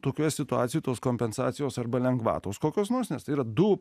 tokioje situacijoje tos kompensacijos arba lengvatos kokios nors nes yra du